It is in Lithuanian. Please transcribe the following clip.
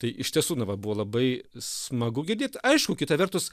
tai iš tiesų na va buvo labai smagu girdėt aišku kita vertus